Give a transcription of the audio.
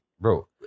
Bro